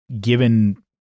given